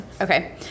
Okay